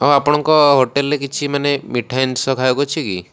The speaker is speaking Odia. ହଁ ଆପଣଙ୍କ ହୋଟେଲ୍ରେ କିଛି ମାନେ ମିଠା ଜିନିଷ୍ ଖାଇବାକୁ ଅଛି କି